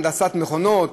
הנדסת מכונות,